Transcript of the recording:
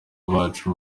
bacu